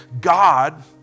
God